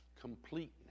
completeness